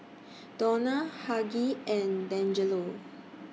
Donna Hughey and Dangelo